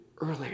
earlier